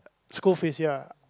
school fees ya